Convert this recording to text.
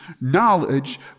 knowledge